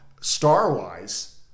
star-wise